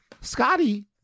Scotty